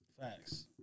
Facts